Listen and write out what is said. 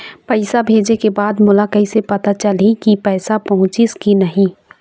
पैसा भेजे के बाद मोला कैसे पता चलही की पैसा पहुंचिस कि नहीं?